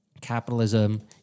capitalism